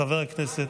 חבר הכנסת,